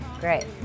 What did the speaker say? Great